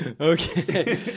Okay